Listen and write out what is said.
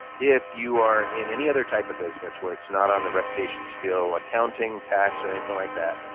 if you are in any other type of business where it's not on the reputation skill, accounting, tax or anything like that,